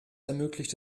ermöglicht